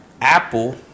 Apple